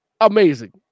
amazing